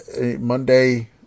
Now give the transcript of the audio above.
Monday